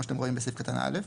כמו שאתם רואים בסעיף קטן (א).